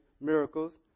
miracles